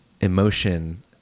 emotion